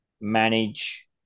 manage